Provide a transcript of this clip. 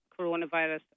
coronavirus